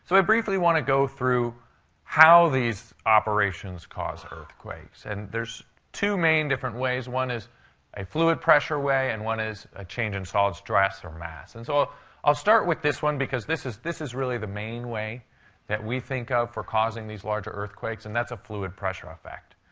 briefly want to go through how these operations cause earthquakes. and there's two main different ways. one is a fluid pressure way, and one is a change in solid stress or mass. and so i'll start with this one because this is this is really the main way that we think of for causing these larger earthquakes. and that's a fluid pressure effect.